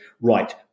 right